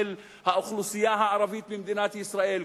של האוכלוסייה הערבית במדינת ישראל,